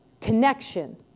connection